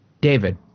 David